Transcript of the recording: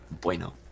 bueno